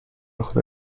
خدا